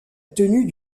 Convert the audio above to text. tenue